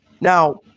Now